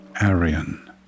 Arian